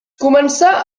començà